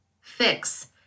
fix